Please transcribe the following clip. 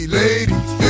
ladies